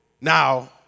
Now